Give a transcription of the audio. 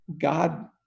God